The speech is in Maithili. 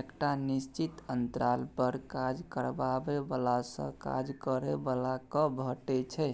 एकटा निश्चित अंतराल पर काज करबाबै बलासँ काज करय बला केँ भेटै छै